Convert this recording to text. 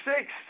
six